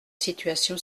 situation